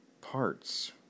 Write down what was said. parts